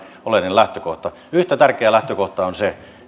lähtökohta yhtä tärkeä lähtökohta on se